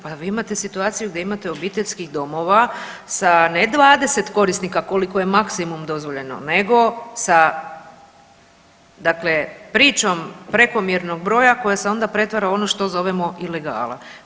Pa vi imate situaciju gdje imate obiteljskih domova sa ne 20 korisnika koliko je maksimum dozvoljeno nego sa dakle pričom prekomjernog broja koja se onda pretvara u ono što zovemo ilegala.